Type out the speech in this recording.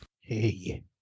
Hey